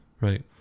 right